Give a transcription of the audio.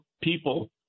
people